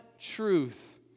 truth